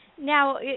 Now